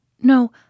No